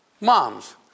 Moms